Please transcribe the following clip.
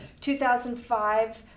2005